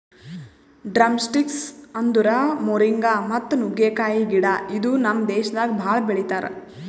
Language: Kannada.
ಡ್ರಮ್ಸ್ಟಿಕ್ಸ್ ಅಂದುರ್ ಮೋರಿಂಗಾ ಮತ್ತ ನುಗ್ಗೆಕಾಯಿ ಗಿಡ ಇದು ನಮ್ ದೇಶದಾಗ್ ಭಾಳ ಬೆಳಿತಾರ್